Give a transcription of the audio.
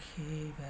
Okay